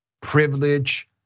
privilege